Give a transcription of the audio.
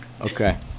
Okay